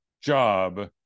job